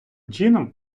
чином